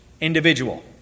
individual